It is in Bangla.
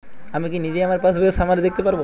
আমি কি নিজেই আমার পাসবইয়ের সামারি দেখতে পারব?